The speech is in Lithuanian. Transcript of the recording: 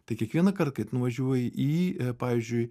tai kiekvienąkart kai nuvažiuoji į pavyzdžiui